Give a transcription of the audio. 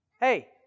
hey